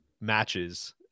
matches